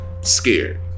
Scared